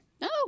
No